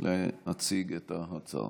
להציג את ההצעה.